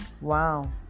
wow